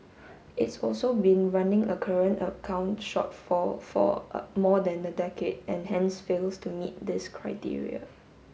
it's also been running a current account shortfall for more than a decade and hence fails to meet this criteria